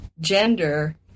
gender